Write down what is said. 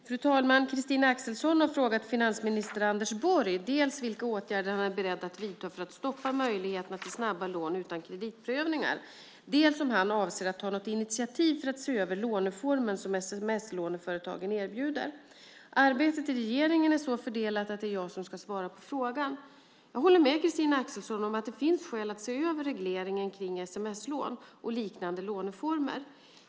Fru talman! Christina Axelsson har frågat finansminister Anders Borg dels vilka åtgärder han är beredd att vidta för att stoppa möjligheterna till snabba lån utan kreditprövningar, dels om han avser att ta något initiativ för att se över låneformen som sms-låneföretagen erbjuder. Arbetet i regeringen är så fördelat att det är jag som ska svara på frågan. Jag håller med Christina Axelsson om att det finns skäl att se över regleringen kring sms-lån och liknande låneformer.